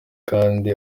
kandi